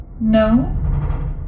no